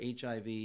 HIV